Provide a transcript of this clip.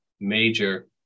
major